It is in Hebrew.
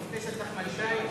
אני אחפש את נחמן שי,